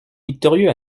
victorieux